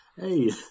hey